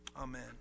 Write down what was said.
amen